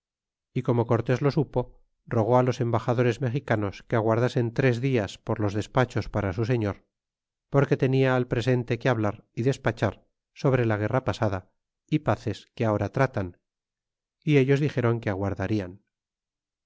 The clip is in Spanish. y como cortés lo supo rogó los embaxadores mexicanos que aguardasen tres dias por los despachos para su señor porque tenia al presente que hablar y despachar sobre la guerra pasada é pazes que ahora tratan y ellos dixéron que aguardarian